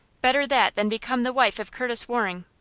better that than become the wife of curtis waring